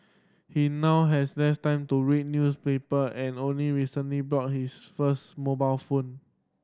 he now has less time to read newspaper and only recently bought his first mobile phone